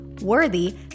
Worthy